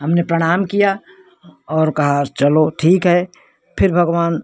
हमने प्रणाम किया और कहा चलो ठीक है फिर भगवान